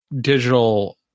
digital